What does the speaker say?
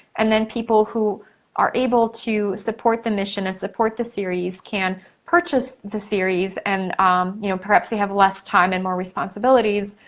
and then people who are able to support the mission, and support the series can purchase the series, and you know perhaps, they have less time and more responsibilities,